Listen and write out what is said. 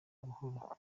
buhoro